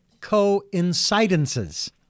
coincidences